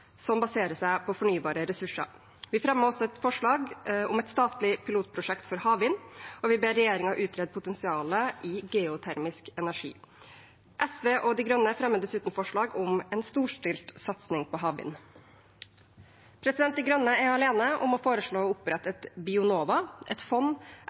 som baserer seg på fornybare ressurser. Vi fremmer også et forslag om et statlig pilotprosjekt for havvind, og vi ber regjeringen utrede potensialet i geotermisk energi. SV og Miljøpartiet De Grønne fremmer dessuten forslag om en storstilt satsing på havvind. Miljøpartiet De Grønne er alene om å foreslå å opprette et Bionova, et fond